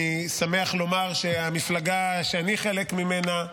אני שמח לומר שהמפלגה שאני חלק ממנה,